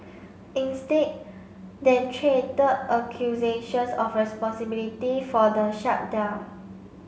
instead they traded accusations of responsibility for the shutdown